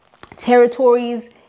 territories